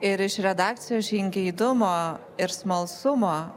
ir iš redakcijos žingeidumo ir smalsumo